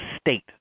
State